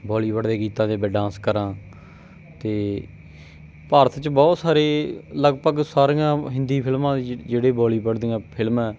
Bollywood ਦੇ ਗੀਤਾਂ ਦੇ ਵਿੱਚ ਡਾਂਸ ਕਰਾਂ ਅਤੇ ਭਾਰਤ 'ਚ ਬਹੁਤ ਸਾਰੇ ਲਗਭਗ ਸਾਰੀਆਂ ਹਿੰਦੀ ਫਿਲਮਾਂ ਜ ਜਿਹੜੇ ਬੋਲੀਵੁੱਡ ਦੀਆਂ ਫਿਲਮਾਂ